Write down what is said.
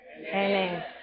Amen